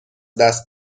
دست